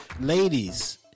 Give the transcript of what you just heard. ladies